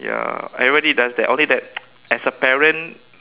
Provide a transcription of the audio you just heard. ya everybody does that only that as a parent